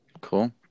Cool